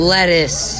Lettuce